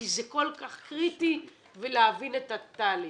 כי זה כל כך קריטי כדי להבין את התהליך.